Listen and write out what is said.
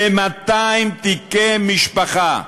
ב-200 תיקי משפחה.